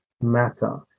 matter